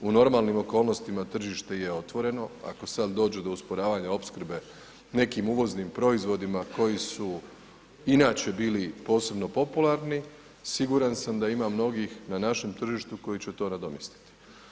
U normalnim okolnostima tržište je otvoreno, ako sad dođe do usporavanja opskrbe nekim uvoznim proizvodima koji su inače bili posebno popularni siguran sam da ima mnogih na našem tržištu koji će to nadomjestiti.